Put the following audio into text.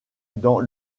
dans